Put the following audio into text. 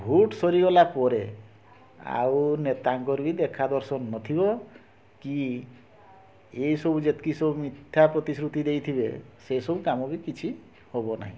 vote ସରିଗଲା ପରେ ଆଉ ନେତାଙ୍କର ବି ଦେଖା ଦର୍ଶନ ନ ଥିବ କି ଏ ସବୁ ଯେତିକି ସବୁ ମିଥ୍ୟା ପ୍ରତିଶ୍ରୁତି ଦେଇଥିବେ ସେ ସବୁ କାମ ବି କିଛି ହେବ ନାହିଁ